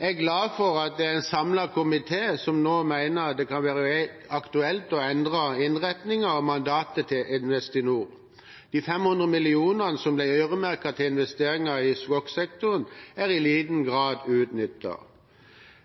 Jeg er glad for at det er en samlet komité som nå mener det kan være aktuelt å endre innretningen og mandatet til Investinor. De 500 mill. kr som ble øremerket til investeringer i skogsektoren, er i liten grad utnyttet.